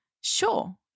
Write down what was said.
Sure